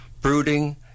brooding